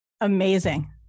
Amazing